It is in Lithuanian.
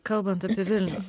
kalbant apie vilnių